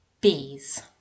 Bees